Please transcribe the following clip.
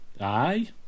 Aye